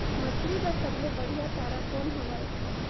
मछरी बर सबले बढ़िया चारा कौन हवय?